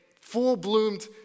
full-bloomed